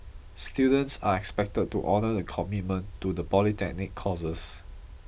students are expected to honour the commitment to the polytechnic courses